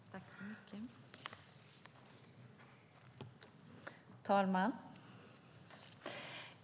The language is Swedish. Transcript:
Herr talman!